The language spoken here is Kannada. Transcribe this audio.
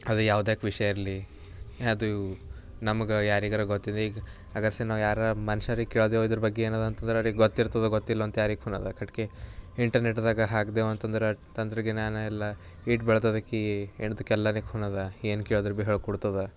ಅದು ಯಾವುದೇ ವಿಷಯ ಇರಲಿ ಅದು ನಮಗೆ ಯಾರಿಗಾದ್ರು ಗೊತ್ತಿದೆ ಈಗ ಅಗರ್ಸೆ ನಾವು ಯಾರಾರ ಮನುಷ್ಯರಿಗೆ ಕೇಳ್ದೆವು ಇದರ ಬಗ್ಗೆ ಏನಾದ್ರೂ ಅಂತಂದ್ರೆ ಅವ್ರಿಗೆ ಗೊತ್ತಿರ್ತದೋ ಗೊತ್ತಿಲ್ಲೋ ಅಂತ ಯಾರಿಗೆ ಖುನದ ಕಟ್ಗೆ ಇಂಟರ್ನೆಟ್ದಾಗ ಹಾಕ್ದೆವು ಅಂತಂದ್ರೆ ತಂತ್ರಜ್ಞಾನ ಎಲ್ಲ ಇಟ್ಟು ಬೆಳೆದಾಕಿ ಕೇಳ್ದಕ್ಕ ಎಲ್ಲನೇ ಖುನದ ಏನು ಕೇಳಿದ್ರು ಭೀ ಹೇಳಿ ಕೊಡ್ತದ